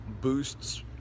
boosts